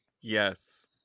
Yes